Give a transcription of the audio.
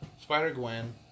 Spider-Gwen